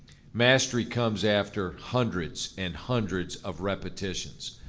mastery comes after hundreds and hundreds of repetitions.